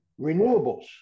Renewables